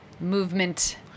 movement